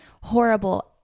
horrible